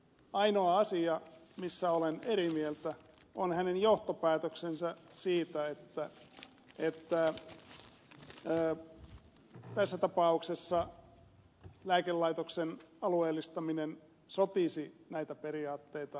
ainoa asia missä olen eri mieltä on hänen johtopäätöksensä siitä että tässä tapauksessa lääkelaitoksen alueellistaminen sotisi näitä periaatteita vastaan